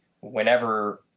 whenever